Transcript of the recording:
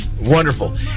wonderful